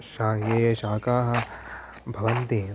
शाकाः ये शाकाः भवन्ति